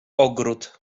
ogród